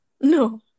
No